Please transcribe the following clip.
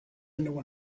into